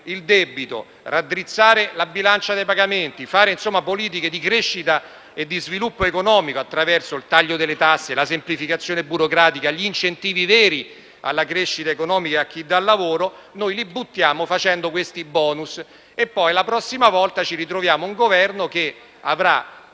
il debito e raddrizzare la bilancia dei pagamenti (mediante politiche di crescita e di sviluppo economico attraverso il taglio delle tasse, la semplificazione burocratica, gli incentivi veri alla crescita economica e a chi dà lavoro), per fare questi *bonus.* Poi la prossima volta ci ritroveremo un Governo che avrà